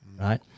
right